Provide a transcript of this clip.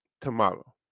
tomorrow